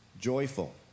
joyful